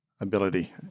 ability